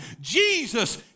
Jesus